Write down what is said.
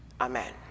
Amen